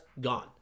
gone